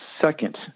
second